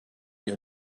your